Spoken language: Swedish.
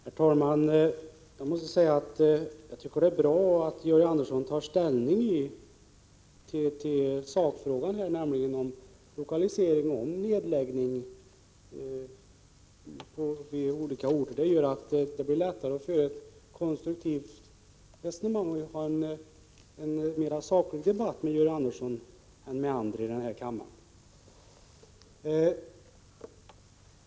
Herr talman! Jag måste säga att jag tycker det är bra att Georg Andersson tar ställning i sakfrågan, nämligen om lokalisering och nedläggning i olika orter. Det gör det lättare att föra ett konstruktivt resonemang och ha en mera saklig debatt med Georg Andersson än med andra i denna kammare.